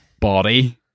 Body